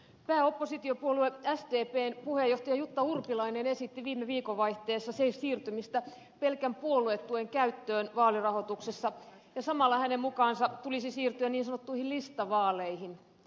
pääoppositiopuolue sdpn puheenjohtaja jutta urpilainen esitti viime viikonvaihteessa siirtymistä pelkän puoluetuen käyttöön vaalirahoituksessa ja samalla hänen mukaansa tulisi siirtyä niin sanottuihin listavaaleihin